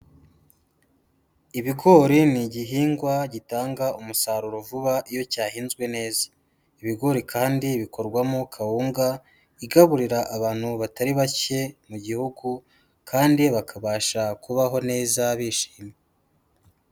Ibigori ni igihingwa gitanga umusaruro vuba iyo cyahinzwe neza, ibigori kandi bikorwamo kawunga, igaburira abantu batari bake mu gihugu, kandi bakabasha kubaho neza bishimye.